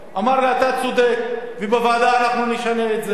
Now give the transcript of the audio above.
והוא אמר לי: אתה צודק, ובוועדה אנחנו נשנה את זה.